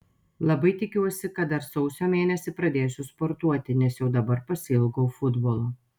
labai tikiuosi kad dar sausio mėnesį pradėsiu sportuoti nes jau dabar pasiilgau futbolo